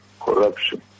corruption